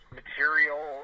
material